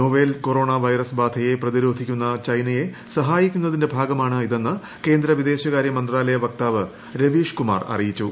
novel corona virus ബാധയെ പ്രതിരോധിക്കുന്ന ചൈനയെ സഹായിക്കുന്നതിന്റെ ഭാഗമാണിതെന്ന് കേന്ദ്ര വിദേശകാരൃമന്ത്രാലയ വക്താവ് രവീഷ്കുമാർ അറിയിച്ചു